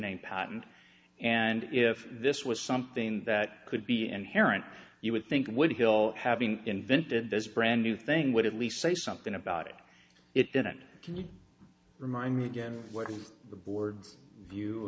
name patent and if this was something that could be inherent you would think would heal having invented this brand new thing would at least say something about it it didn't can you remind me again what is the board's view